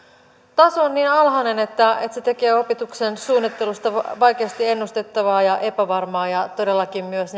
on niin alhainen että se tekee opetuksen suunnittelusta vaikeasti ennustettavaa ja epävarmaa ja todellakin myös